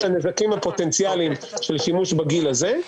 הנזקים הפוטנציאלים של שימוש בגיל הזה.